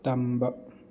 ꯇꯝꯕ